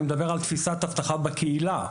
אני מדבר על תפיסת אבטחה בקהילה,